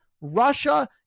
Russia